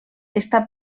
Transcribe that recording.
està